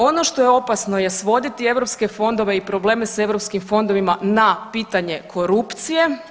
Ono što je opasno je svoditi europske fondove i probleme s europskim fondovima na pitanje korupcije.